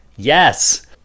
Yes